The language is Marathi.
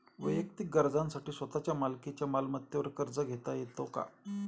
वैयक्तिक गरजांसाठी स्वतःच्या मालकीच्या मालमत्तेवर कर्ज घेता येतो का?